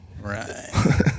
Right